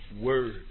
word